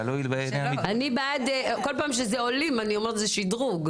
אני אשמח אם נתחיל לראות סרטון קצר על היחידה,